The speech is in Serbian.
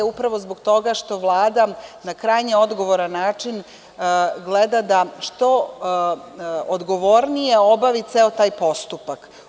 Upravo zbog toga što Vlada na krajnje odgovoran način gleda da što odgovornije obavi ceo taj postupak.